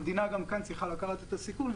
המדינה גם כאן צריכה לקחת את הסיכון,